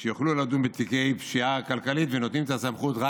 שיוכלו לדון בתיקי פשיעה כלכלית ונותנים את הסמכות רק